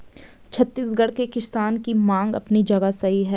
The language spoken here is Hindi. छत्तीसगढ़ के किसान की मांग अपनी जगह सही है